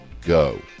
go